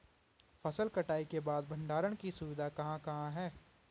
फसल कटाई के बाद भंडारण की सुविधाएं कहाँ कहाँ हैं?